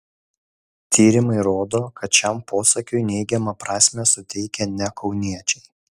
tyrimai rodo kad šiam posakiui neigiamą prasmę suteikia ne kauniečiai